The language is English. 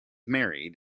married